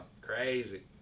crazy